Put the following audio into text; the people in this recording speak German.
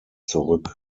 zurück